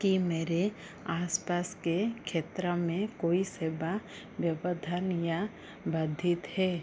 कि मेरे आस पास के क्षेत्र में कोई सेवा व्यवधान या बाधित हे